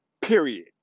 period